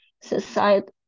society